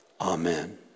Amen